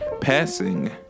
passing